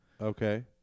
Okay